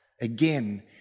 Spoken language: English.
again